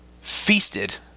feasted